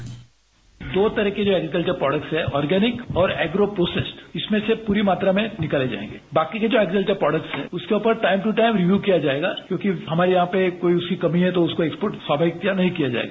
bite दो तरह के जो एग्रीकल्वर प्रोडक्ट्स हैं ऑर्गेनिक और एग्रो प्रोसेस्ड इसमें से पूरी मात्रा में निकाले जाएंगे बाकी के जो एग्रीकल्वर प्रोडक्ट्स हैं उसके ऊपर टाइम दू टाइम रिव्यू किया जाएगा क्योंकि हमारे यहां पे कोई उसकी कमी है तो उसका एक्सपोर्ट स्वाभाविकतया नहीं किया जाएगा